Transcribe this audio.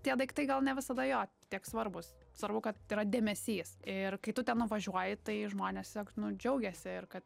tie daiktai gal ne visada jo tiek svarbūs svarbu kad yra dėmesys ir kai tu ten nuvažiuoji tai žmonės tiesiog nu džiaugiasi kad